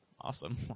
awesome